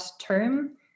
term